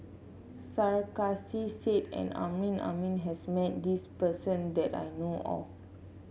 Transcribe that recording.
Sarkasi Said and Amrin Amin has met this person that I know of